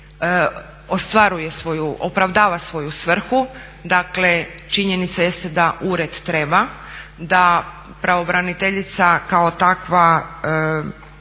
visoke postotke opravdava svoju svrhu. Dakle, činjenica jeste da ured treba, da pravobraniteljica kao takva,